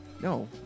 No